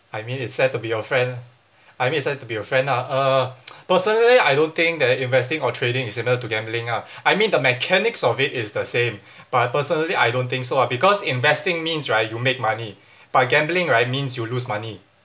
I mean it's sad to be your friend I mean it's sad to be your friend ah uh personally I don't think that investing or trading is similar to gambling ah I mean the mechanics of it is the same but personally I don't think so ah because investing means right you make money but gambling right means you lose money